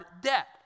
debt